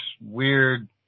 weird